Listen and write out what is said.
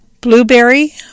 Blueberry